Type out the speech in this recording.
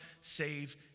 save